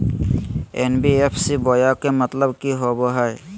NBFC बोया के मतलब कि होवे हय?